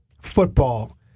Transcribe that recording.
football